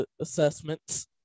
assessments